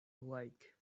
like